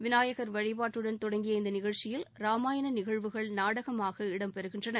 விநாயகர் வழிபாட்டுடன் தொடங்கிய இந்த நிகழ்ச்சியில் ராமாயண நிகழ்வுகள் நாடகமாக இடம்பெறுகின்றன